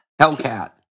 Hellcat